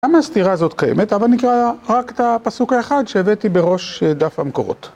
גם הסתירה הזאת קיימת אבל נקרא רק את הפסוק האחד שהבאתי בראש דף המקורות